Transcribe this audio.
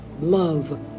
love